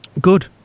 Good